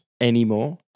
anymore